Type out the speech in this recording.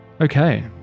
Okay